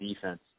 defense